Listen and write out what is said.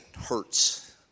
hurts